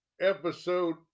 episode